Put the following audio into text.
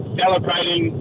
celebrating